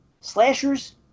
slashers